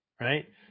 right